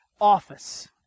office